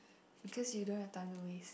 because you don't have time to waste